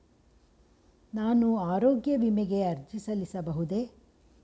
ನಾನು ಆರೋಗ್ಯ ವಿಮೆಗೆ ಅರ್ಜಿ ಸಲ್ಲಿಸಬಹುದೇ?